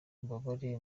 ububabare